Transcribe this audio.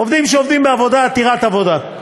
עובדים שעובדים בעבודה עתירת עבודה.